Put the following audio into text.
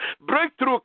breakthrough